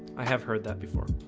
i have heard that before